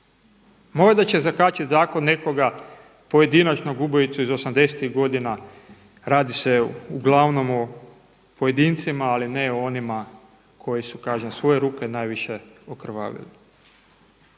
Možda će zakačiti zakon nekoga pojedinačnog ubojicu iz '80.-tih godina, radi se uglavnom o pojedincima ali ne o onima koji su kažem svoje ruke najviše okrvavili.